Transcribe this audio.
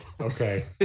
Okay